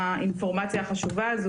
האינפורמציה החשובה הזאת,